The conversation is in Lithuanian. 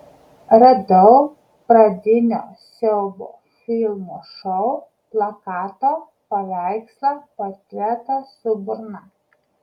radau pradinio siaubo filmo šou plakato paveikslą portretą su burna